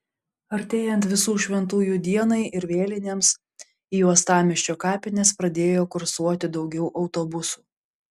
artėjant visų šventųjų dienai ir vėlinėms į uostamiesčio kapines pradėjo kursuoti daugiau autobusų